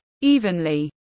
evenly